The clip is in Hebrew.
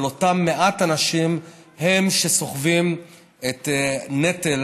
אבל אותם מעט אנשים הם שסוחבים את נטל